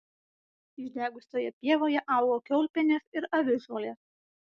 išdegusioje pievoje augo kiaulpienės ir avižuolės